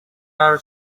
are